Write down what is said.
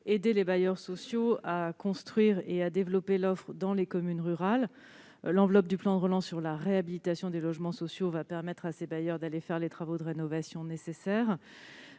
d'aider les bailleurs sociaux à construire et à développer l'offre dans les communes rurales. L'enveloppe du plan de relance sur la réhabilitation des logements sociaux va permettre à ces bailleurs d'entreprendre les travaux de rénovation nécessaires.